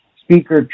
speaker